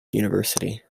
university